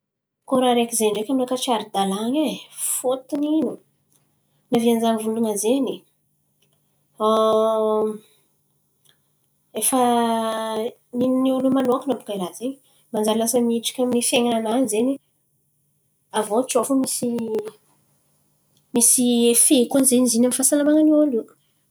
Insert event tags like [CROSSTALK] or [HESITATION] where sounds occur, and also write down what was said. Koa raha araiky zen̈y ndreky aminakà tsy ara-dalàn̈a e. Fôtony naviany za mivolan̈a zen̈y [HESITATION] efa niny olo io manokana bàka i raha zen̈y. Manjary lasa midriky amin'ny fiain̈ananany zen̈y. Aviô tsao fo misy misy efe koa zen̈y izy iny amy fahasalaman̈an'ny ôlo io.